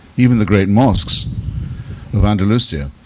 even the great mosques of andalusia.